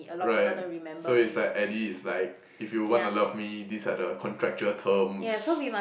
right so is like Eddie is like if you wanna love me these are the contractual terms